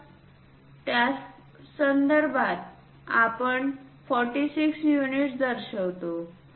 तर त्यासंदर्भातआपण 46 युनिट्स दर्शवितो